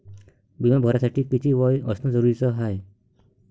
बिमा भरासाठी किती वय असनं जरुरीच हाय?